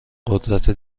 قدرت